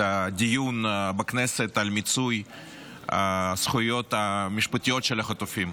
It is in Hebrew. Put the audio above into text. הדיון בכנסת על מיצוי הזכויות המשפטיות של החטופים.